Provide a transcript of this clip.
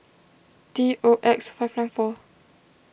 T O X five nine four